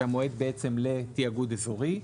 זה המועד בעצם לתיאגוד אזורי,